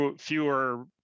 fewer